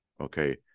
Okay